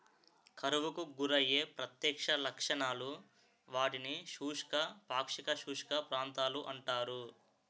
కరువుకు గురయ్యే ప్రత్యక్ష లక్షణాలు, వాటిని శుష్క, పాక్షిక శుష్క ప్రాంతాలు అంటారు